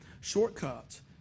shortcuts